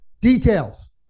Details